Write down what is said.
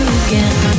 again